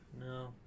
No